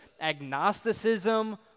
agnosticism